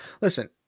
listen